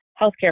healthcare